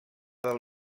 del